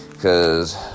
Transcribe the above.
Cause